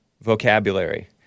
vocabulary